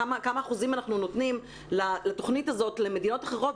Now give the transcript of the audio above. כמה אחוזים אנחנו נותנים לתכנית הזאת למדינות אחרות,